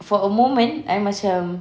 for a moment I macam